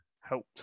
helped